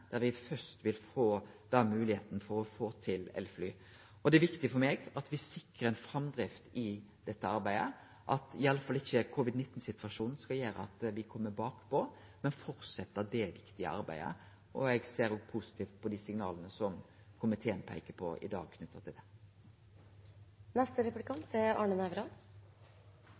der me først vil få moglegheita til å få til elfly. Det er viktig for meg at me sikrar ei framdrift i dette arbeidet, og at iallfall ikkje covid-19-situasjonen skal gjere at vi kjem bakpå, men at vi fortset det viktige arbeidet. Eg ser òg positivt på dei signala som komiteen i dag peiker på knytt til det. Jeg la merke til